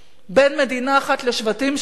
בין מדינה אחת לשבטים שונים